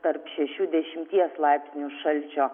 tarp šešių dešimties laipsnių šalčio